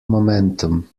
momentum